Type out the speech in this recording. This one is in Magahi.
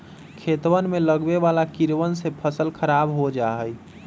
खेतवन में लगवे वाला कीड़वन से फसल खराब हो जाहई